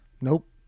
nope